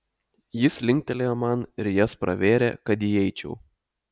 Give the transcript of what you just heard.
jis linktelėjo man ir jas pravėrė kad įeičiau